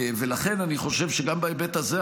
ולכן אני חושב שגם בהיבט הזה,